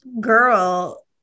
girl